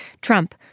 Trump